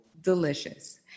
delicious